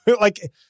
like-